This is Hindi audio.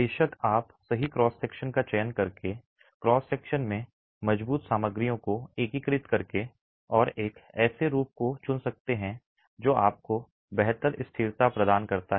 बेशक आप सही क्रॉस सेक्शन का चयन करके क्रॉस सेक्शन में मज़बूत सामग्रियों को एकीकृत करके और एक ऐसे रूप को चुन सकते हैं जो आपको बेहतर स्थिरता प्रदान करता है